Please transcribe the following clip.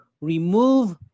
remove